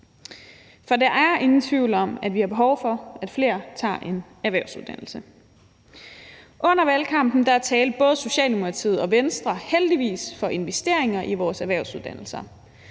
For der er ingen tvivl om, at vi har behov for, at flere tager en erhvervsuddannelse. Under valgkampen talte både Socialdemokratiet og Venstre heldigvis for investeringer i vores erhvervsuddannelser.